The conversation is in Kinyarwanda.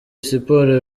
siporo